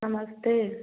नमस्ते